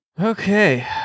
Okay